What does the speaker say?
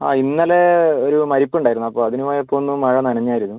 ആ ഇന്നലെ ഒരു മരിപ്പുണ്ടായിരുന്നു അപ്പോൾ അതിന് പോയപ്പോൾ ഒന്ന് മഴ നനഞ്ഞായിരുന്നു